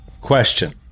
question